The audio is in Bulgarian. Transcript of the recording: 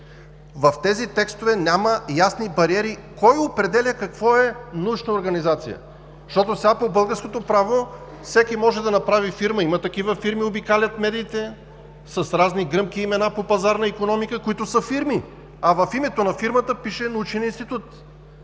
В тези текстове няма ясни бариери кой определя какво е научна организация, защото сега по българското право всеки може да направи фирма. Има такива фирми, обикалят медиите с разни гръмки имена по пазарна икономика, а в името на фирмата пише „научен институт“.